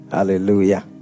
Hallelujah